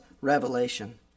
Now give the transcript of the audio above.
revelation